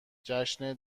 جشن